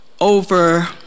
over